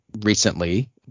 recently